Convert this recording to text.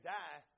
die